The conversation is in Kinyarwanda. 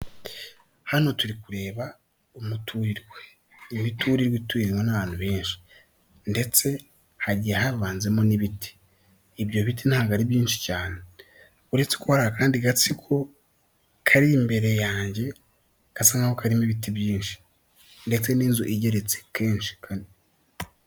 Hano turi kureba umuturirwa, imiturirwa ituwemo n'abantu benshi, ndetse hagiye havanzemo n'ibiti, ibyo biti ntabwo ari byinshi cyane, uretse ko hari akandi gatsiko, kari imbere yanjye gasa nkaho karimo ibiti byinshi, ndetse n'inzu igeretse kenshi kane.